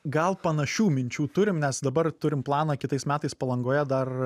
gal panašių minčių turim nes dabar turim planą kitais metais palangoje dar